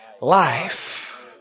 life